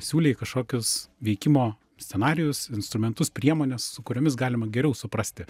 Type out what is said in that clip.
siūlei kažkokius veikimo scenarijus instrumentus priemones su kuriomis galima geriau suprasti